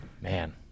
Man